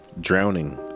Drowning